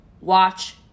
watch